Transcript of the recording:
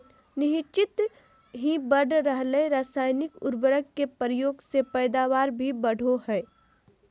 निह्चित ही बढ़ रहल रासायनिक उर्वरक के प्रयोग से पैदावार भी बढ़ो हइ